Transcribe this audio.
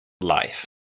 life